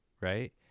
right